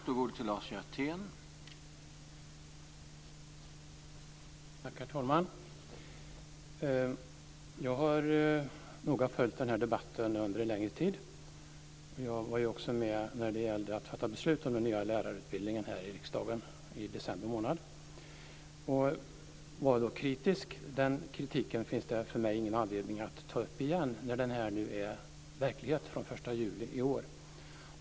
Herr talman! Jag har noga följt den här debatten under en längre tid. Jag var också med när det gällde att fatta beslut om den nya lärarutbildningen här i riksdagen i december månad. Jag var då kritisk. Den kritiken finns det för mig ingen anledning att ta upp igen när utbildningen nu är verklighet från den 1 juli i år.